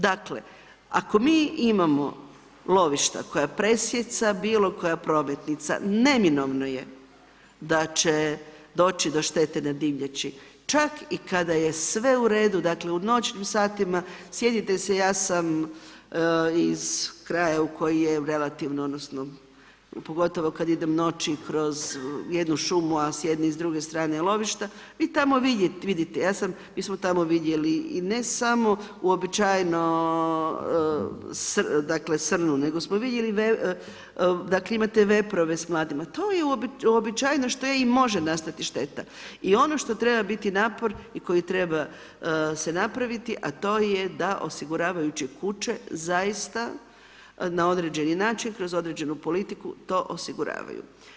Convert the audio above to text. Dakle, ako mi imamo lovišta koja presijeca bilo koja prometnica, neminovno je da će doći do štete na divljači, čak i kada je sve u redu, dakle u noćnim satima, sjetite se ja sam iz kraja u koji je relativno, odnosno pogotovo kad idem noći kroz jednu šumu, a s jedne i druge strane je lovište, vi tamo vidite, mi smo tamo vidjeli i ne samo uobičajeno srnu, nego smo vidjeli, imate veprove s mladima, to je uobičajeno što i može nastati šteta i ono što treba biti napor i koji treba se napraviti, a to je da osiguravajuće kuće zaista na određeni način kroz određenu politiku to osiguravaju.